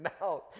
mouth